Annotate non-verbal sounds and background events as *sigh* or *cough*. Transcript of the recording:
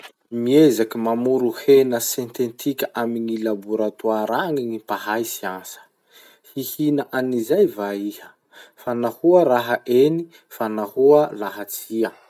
Miezaky mamoro hena sentetika *hesitation* amin'ny laboratoara agny ny mpahay siansa. *noise* Hihina zay va iha? Nahoa raha magneky da nahoa koa raha tsy magneky?